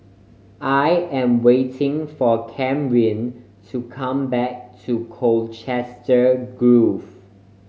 I am waiting for Camryn to come back to Colchester Grove